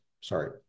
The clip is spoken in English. sorry